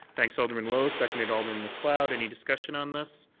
thanks, alderman lowe, seconded alderman mcleod. any discussion on this?